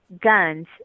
guns